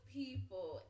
people